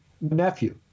nephew